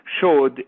showed